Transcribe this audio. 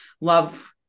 Love